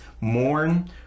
mourn